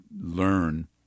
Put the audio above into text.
learn